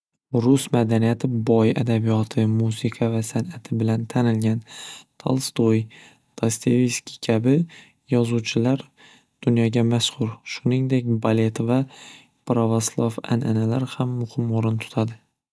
Rus madaniyati boy adabiyoti musiqa va san'ati bilan tanilgan Tolstoy, dostevskiy kabi yozuvchilar dunyoga mashxur shuningdek balet va bravaslav an'analar ham muhim o'rin tutadi.